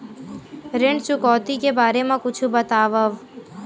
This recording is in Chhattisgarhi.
ऋण चुकौती के बारे मा कुछु बतावव?